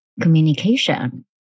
communication